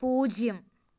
പൂജ്യം